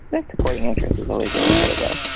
that's according atrophies. always little bit of a.